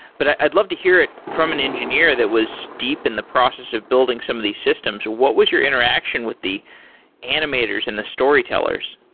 but i'd love to hear it from an engineer that was deep in the process of building some of these systems. what was your interaction with the animators and the storytellers?